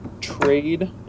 trade